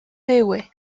dewey